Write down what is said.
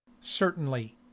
Certainly